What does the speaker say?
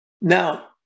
Now